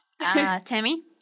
Tammy